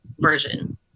version